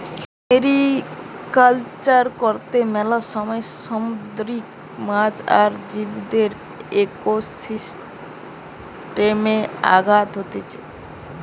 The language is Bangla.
মেরিকালচার কর্তে মেলা সময় সামুদ্রিক মাছ আর জীবদের একোসিস্টেমে আঘাত হতিছে